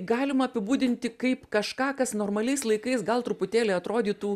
tai galima apibūdinti kaip kažką kas normaliais laikais gal truputėlį atrodytų